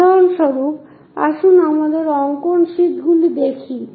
উদাহরণস্বরূপ আসুন আমাদের অঙ্কন শীটগুলি দেখি